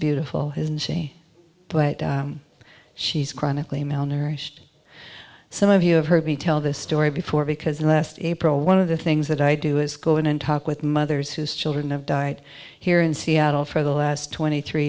beautiful has and she but she's chronically malnourished some of you have heard me tell this story before because the last april one of the things that i do is go in and talk with mothers whose children have died here in seattle for the last twenty three